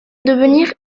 devenir